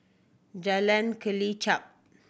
Jalan Kelichap